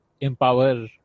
empower